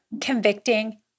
convicting